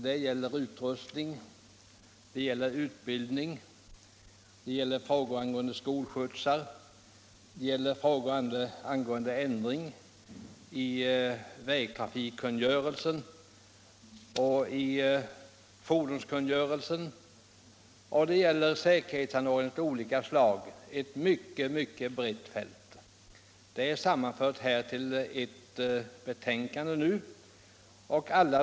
Det gäller utrustning, utbildning, frågor angående skolskjutsar, frågor angående ändring av vägtrafikkungörelsen och fordonskungörelsen samt säkerhetsanordningar av olika slag — ett mycket brett fält.